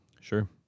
sure